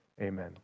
Amen